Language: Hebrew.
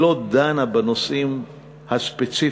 היא לא דנה בנושאים הספציפיים,